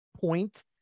point